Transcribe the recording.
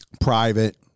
private